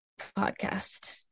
podcast